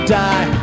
die